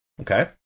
okay